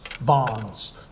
bonds